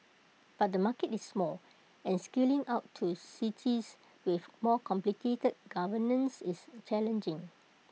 but the market is small and scaling out to cities with more complicated governance is challenging